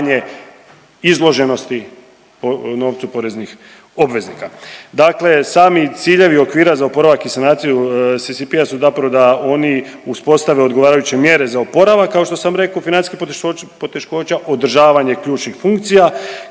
izloženosti novcu poreznih obveznika. Dakle, sami ciljevi okvira za oporavak i sanaciju CCP-a su zapravo da oni uspostave odgovarajuće mjere za oporavak kao što sam rekao financijskih poteškoća, održavanje ključnih funkcija